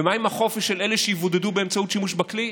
ומה עם החופש של אלה שיבודדו באמצעות שימוש בכלי?